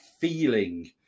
feeling